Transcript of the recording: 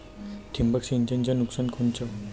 ठिबक सिंचनचं नुकसान कोनचं?